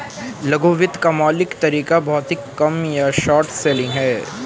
लघु वित्त का मौलिक तरीका भौतिक कम या शॉर्ट सेलिंग है